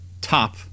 top